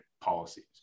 policies